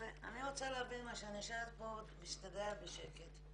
אני רוצה להבין משהו, אני יושבת פה משתדלת בשקט,